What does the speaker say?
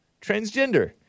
Transgender